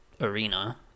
arena